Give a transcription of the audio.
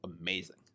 amazing